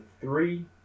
three